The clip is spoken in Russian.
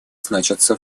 значатся